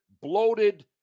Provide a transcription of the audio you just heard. Bloated